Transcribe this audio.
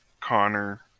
Connor